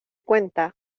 cuenta